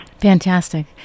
Fantastic